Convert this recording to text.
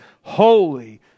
holy